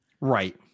Right